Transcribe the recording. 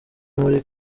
muri